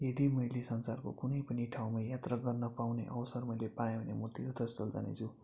यदि मैले संसारको कुनै पनि ठाउँमा यात्रा गर्न पाउने अवसर मैले पाएँ भने मो तीर्थस्थल जानेछु